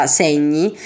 segni